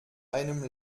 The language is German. einem